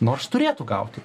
nors turėtų gauti